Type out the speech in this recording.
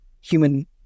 human